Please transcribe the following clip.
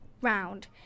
round